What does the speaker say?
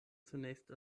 zunächst